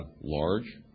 large